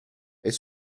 est